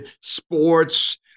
sports